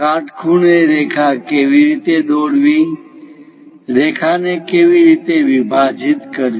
કાટખૂણે રેખા કેવી રીતે દોરવી રેખા ને કેવી રીતે વિભાજિત કરવી